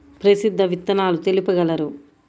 ప్రసిద్ధ విత్తనాలు తెలుపగలరు?